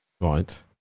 Right